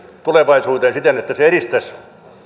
tulevaisuuteen siten että se edistäisi